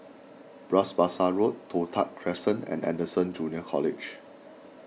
Bras Basah Road Toh Tuck Crescent and Anderson Junior College